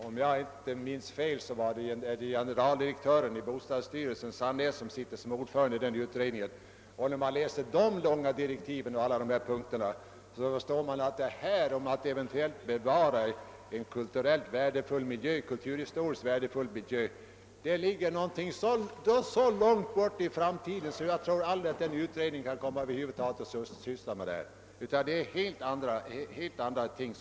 Om jag inte minns fel är generaldirektören i bostadsstyrelsen ordförande i utredningen. När man läser de många punkterna i direktiven till denna utredning, förstår man att uppgiften att bevara en kulturhistorisk miljö ligger så långt borta i framtiden, att jag tror att denna utredning aldrig kommer att syssla med denna sak. Den sysslar med helt andra ting.